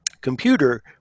computer